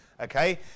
okay